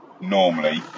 normally